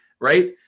right